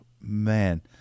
Man